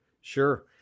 Sure